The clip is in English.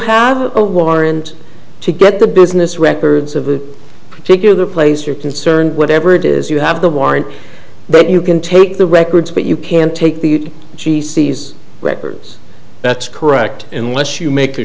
have a warrant to get the business records of a particular place you're concerned whatever it is you have the warrant but you can take the records but you can't take the g c s records that's correct unless you make